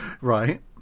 Right